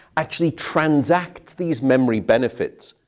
actually transacts these memory benefits,